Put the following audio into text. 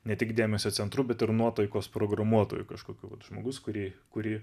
ne tik dėmesio centru bet ir nuotaikos programuotoju kažkokiu kad žmogus kurį kurį